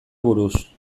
buruz